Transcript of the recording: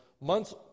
months